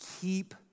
keep